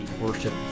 worship